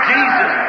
Jesus